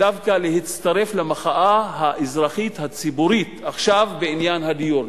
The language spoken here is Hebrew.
דווקא להצטרף למחאה האזרחית הציבורית עכשיו בעניין הדיור.